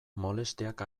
molestiak